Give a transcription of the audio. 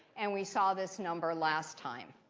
and we saw this number last time.